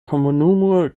komunumo